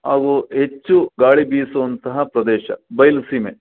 ಹಾಗೂ ಹೆಚ್ಚು ಗಾಳಿ ಬೀಸುವಂತಹ ಪ್ರದೇಶ ಬಯಲು ಸೀಮೆ